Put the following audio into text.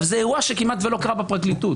זה אירוע שכמעט ולא קרה בפרקליטות,